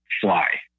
fly